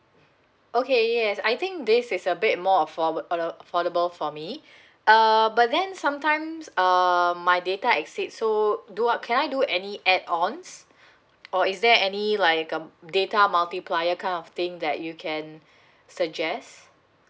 okay yes I think this is a bit more affo~ affordable for me err but then sometimes um my data exceed so do I can I do any adds on or is there any like a data multiplier kind of thing that you can suggest